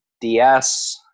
DS